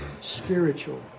spiritual